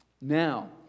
Now